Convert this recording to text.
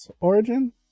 origin